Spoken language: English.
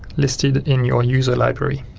listed in your user library.